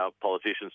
politicians